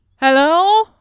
Hello